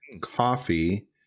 coffee